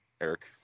Eric